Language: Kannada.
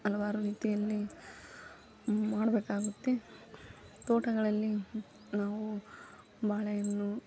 ಹಲವಾರು ರೀತಿಯಲ್ಲಿ ಮಾಡಬೇಕಾಗುತ್ತೆ ತೋಟಗಳಲ್ಲಿ ನಾವು ಬಾಳೆಯನ್ನು